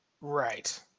Right